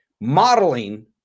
Modeling